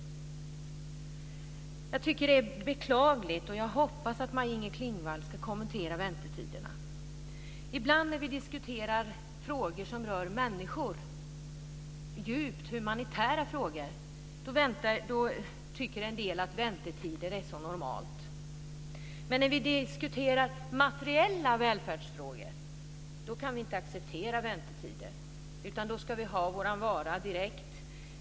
Jag tycker att det är beklagligt, och jag hoppas att Maj-Inger Klingvall ska kommentera väntetiderna. Ibland när vi diskuterar frågor som rör människor, djupt humanitära frågor, tycker en del att väntetider är så normalt. Men när vi diskuterar materiella välfärdsfrågor kan vi inte acceptera väntetider. Då ska vi ha vår vara direkt.